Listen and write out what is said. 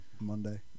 Monday